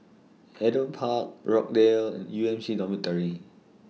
Adam Park Rochdale and U M C Dormitory